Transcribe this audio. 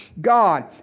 God